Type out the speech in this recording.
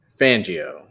Fangio